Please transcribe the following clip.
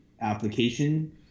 application